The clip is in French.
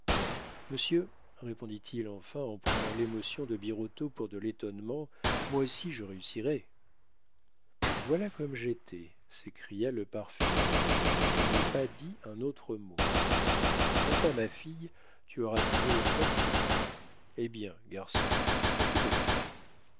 monsieur répondit-il enfin en prenant l'émotion de birotteau pour de l'étonnement moi aussi je réussirai voilà comme j'étais s'écria le parfumeur je n'ai pas dit un autre mot si tu n'as pas ma fille tu auras toujours une fortune eh bien garçon qu'est-ce qui te prend